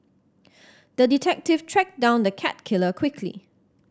the detective tracked down the cat killer quickly